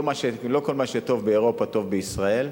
לא כל מה שטוב באירופה טוב בישראל.